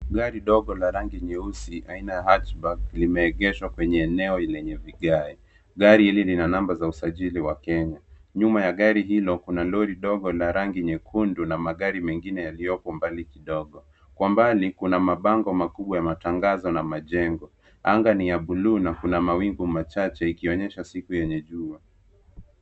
Gari dogo la rangi nyeusi aina ya Hatchback limeegeshwa kwenye eneo lenye vigae , gari hili lina nambari zenye usajiri wa Kenya , nyuma ya gari hilo kuna lori dogo la rangi nyekundu na magari mengine yaliyopo mbali kidogo . Kwa mbali kuna mabango makubwa ya matangazo ya majengo, anga ni ya bluu na kuna mawingu machache yakionyesha siku yenye jua.